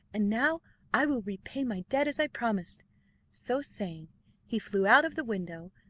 and now i will repay my debt, as i promised so saying he flew out of the window,